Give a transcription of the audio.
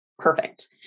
Perfect